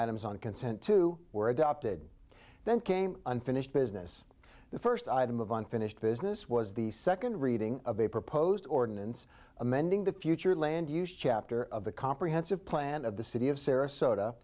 items on consent two were adopted then came unfinished business the first item of unfinished business was the second reading of a proposed ordinance amending the future land use chapter of the comprehensive plan of the city of sarasota